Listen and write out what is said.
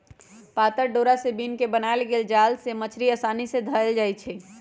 पातर डोरा से बिन क बनाएल गेल जाल से मछड़ी असानी से धएल जाइ छै